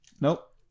Nope